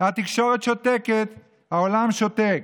התקשורת שותקת, העולם שותק.